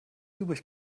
übrig